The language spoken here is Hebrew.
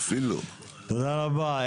תודה רבה.